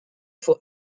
for